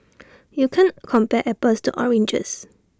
you can't compare apples to oranges